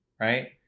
right